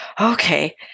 Okay